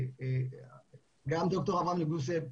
גם ד"ר אברהם נגוסה,